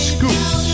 Scoops